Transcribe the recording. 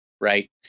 right